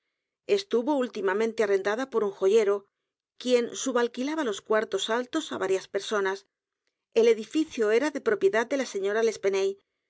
estuvo últimamente arrendada por un joyero quien subalquilaba los cuartos altos á varias personas el edificio era de propiedad de la señora